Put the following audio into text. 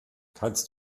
kannst